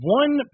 one